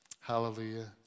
Hallelujah